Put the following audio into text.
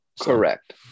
Correct